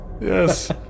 Yes